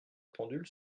pendule